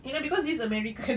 you know cause these americans